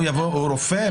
הוא רופא?